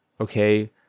okay